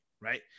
right